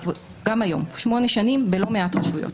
גם היום, 8 שנים בלא מעט רשויות.